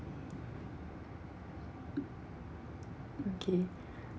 okay